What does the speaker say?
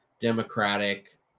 democratic